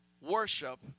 worship